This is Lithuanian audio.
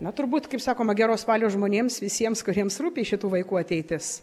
na turbūt kaip sakoma geros valios žmonėms visiems kuriems rūpi šitų vaikų ateitis